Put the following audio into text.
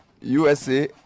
USA